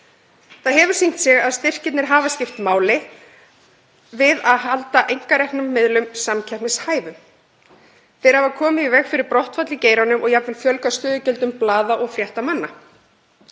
Það hefur sýnt sig að styrkirnir hafa skipt máli við að halda einkareknum miðlum samkeppnishæfum. Þeir hafa komið í veg fyrir brottfall í geiranum og jafnvel fjölgað stöðugildum blaða- og fréttamanna.